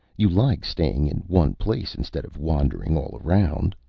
you like staying in one place, instead of wandering all around.